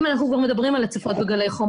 אם אנחנו כבר מדברים על הצפות וגלי חום,